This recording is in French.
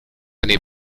n’est